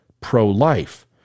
pro-life